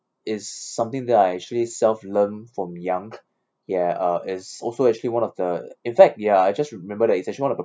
is something that I actually self-learn from young ya uh is also actually one of the in fact ya I just remember that it's actually one of the